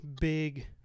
big